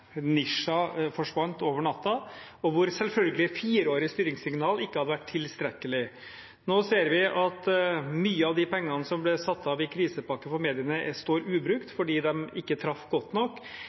forsvant over natten. Da ville selvfølgelig fireårige styringssignaler ikke ha vært tilstrekkelig. Nå ser vi at mye av de pengene som ble satt av i krisepakken for mediene, står ubrukt, fordi de ikke traff godt nok.